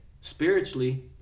Spiritually